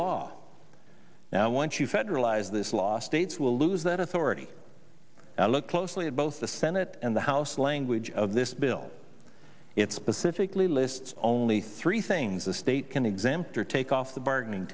law now once you federalize this law states will lose that authority now look closely at both the senate and the house language of this bill it specifically lists only three things the state can exempt or take off the bargaining